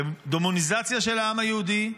לדמוניזציה של העם היהודי,